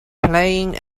playing